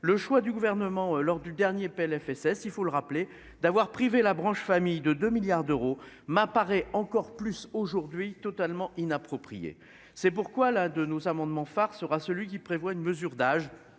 le choix du gouvernement, lors du dernier PLFSS, il faut le rappeler d'avoir privé la branche famille de 2 milliards d'euros m'apparaît encore plus aujourd'hui totalement inapproprié. C'est pourquoi l'un de nos amendements phares sera celui qui prévoit une mesure d'âge